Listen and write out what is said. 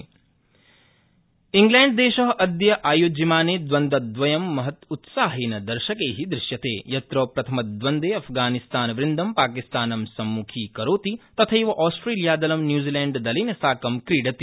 क्रिक्ट्क्रीडा इंग्लैण्डदेश अद्य आयोज्यमाने द्वन्द्वव्यं महदत्साहेन दर्शकै दृश्यते यत्र प्रथमद्वन्द्वे अफ़गानिस्तानवृन्द पाकिस्तानं सम्मुखीकरोति तथैव आस्ट्रेलियादलं न्यूजीलैण्डदलेन साकं क्रीडति